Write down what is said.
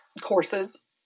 courses